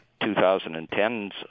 2010's